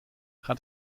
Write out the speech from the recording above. gaat